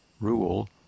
rule